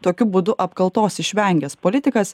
tokiu būdu apkaltos išvengęs politikas